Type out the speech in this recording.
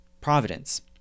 providence